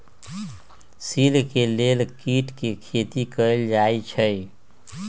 silk के लेल कीट के खेती कएल जाई छई